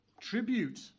tribute